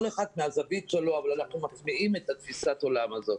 כל אחד מהזווית שלו אבל אנחנו מטמיעים את תפיסת העולם הזאת.